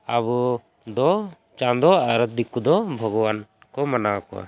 ᱟᱵᱚᱫᱚ ᱪᱟᱸᱫᱳ ᱟᱨ ᱫᱤᱠᱩ ᱫᱚ ᱵᱷᱚᱜᱚᱵᱟᱱ ᱠᱚ ᱢᱟᱱᱟᱣ ᱠᱚᱣᱟ